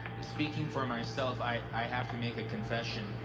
speaking for myself, i have to make a confession,